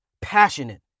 passionate